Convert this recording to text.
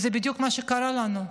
זה בדיוק מה שקרה לנו.